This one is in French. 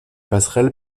passerelle